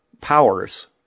powers